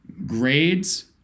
Grades